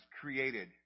created